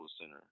Center